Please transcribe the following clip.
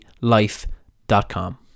life.com